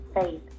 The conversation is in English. Faith